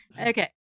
Okay